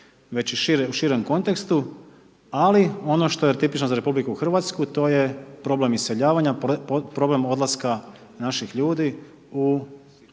već i u širem kontekstu ali ono što je tipično za RH, to je problem iseljavanja, problem odlaska naših ljudi u